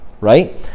right